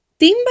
timba